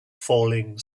falling